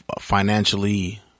financially